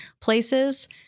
places